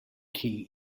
key